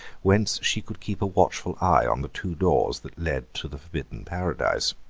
whence she could keep a watchful eye on the two doors that led to the forbidden paradise.